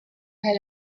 had